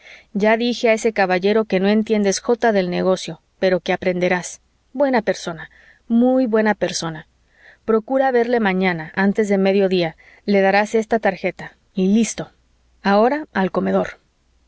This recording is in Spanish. ya dije a ese caballero que no entiendes jota del negocio pero que aprenderás buena persona muy buena persona procura verle mañana antes de medio día le darás esta tarjeta y listo ahora al comedor